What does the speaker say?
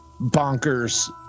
bonkers